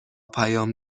پیام